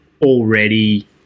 already